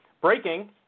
breaking